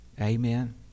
Amen